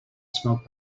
smoke